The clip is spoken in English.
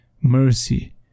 mercy